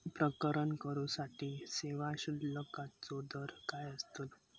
प्रकरण करूसाठी सेवा शुल्काचो दर काय अस्तलो?